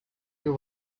you